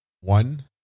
One